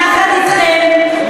יחד אתכם,